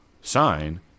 sign